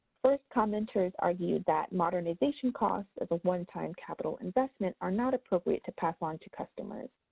first commenters argued that modernization costs as a one-time capital investment are not appropriate to pass on to customers.